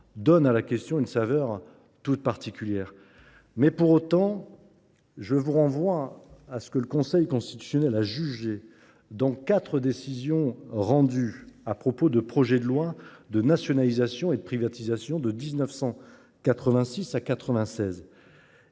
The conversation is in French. donnent à la question une saveur toute particulière. Pour autant, je vous renvoie à ce que le Conseil constitutionnel a jugé dans quatre décisions rendues à propos de projets de loi de nationalisation et de privatisation de 1986 à 1996